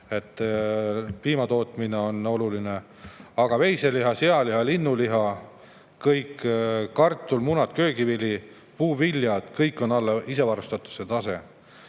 Piimatootmine on oluline, aga veiseliha, sealiha, linnuliha, kartul, munad, köögivili, puuviljad – kõik on alla isevarustatuse taset.